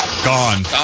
gone